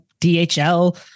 DHL